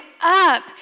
up